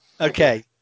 Okay